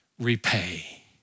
repay